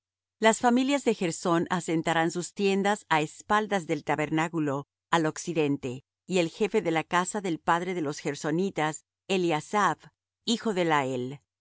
las familias de gersón asentarán sus tiendas á espaldas del tabernáculo al occidente y el jefe de la casa del padre de los gersonitas eliasaph hijo de lael a cargo de los